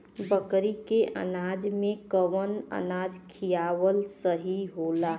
बकरी के अनाज में कवन अनाज खियावल सही होला?